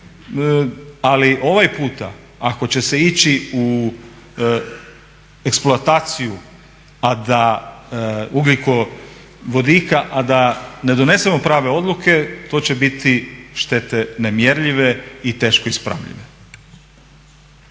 Ali ovaj puta ako će se ići u eksploataciju ugljikovodika, a da ne donesemo prave odluke to će biti štete nemjerljive i teško ispravljive.